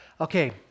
Okay